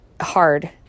hard